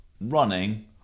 running